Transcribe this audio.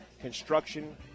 construction